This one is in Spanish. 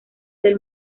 del